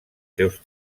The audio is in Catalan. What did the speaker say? seus